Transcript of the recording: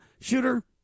shooter